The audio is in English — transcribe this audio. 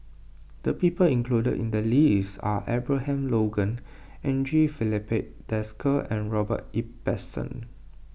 the people included in the list are Abraham Logan Andre Filipe Desker and Robert Ibbetson